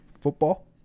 football